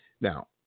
Now